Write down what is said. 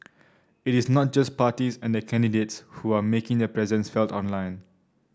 it is not just parties and candidates who are making their presence felt online